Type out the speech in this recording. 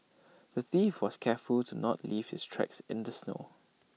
the thief was careful to not leave his tracks in the snow